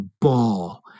ball